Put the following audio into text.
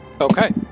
Okay